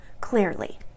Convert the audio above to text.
clearly